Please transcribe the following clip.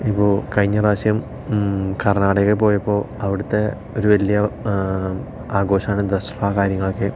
ഇപ്പോൾ കഴിഞ്ഞ പ്രാവശ്യം കര്ണാടകയില് പോയപ്പോൾ അവിടുത്തെ ഒരു വലിയ ആഘോഷമാണ് ദസറ കാര്യങ്ങളൊക്കെ